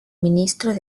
ministro